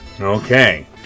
Okay